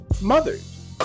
mothers